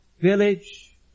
village